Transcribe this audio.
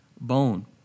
bone